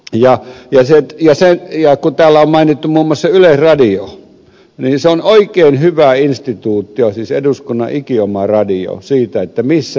ja kun täällä on mainittu muun muassa yleisradio niin se on oikein hyvä instituutio siis eduskunnan ikioma radio ja se kertoo siitä että missä mennään